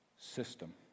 system